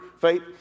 faith